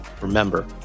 Remember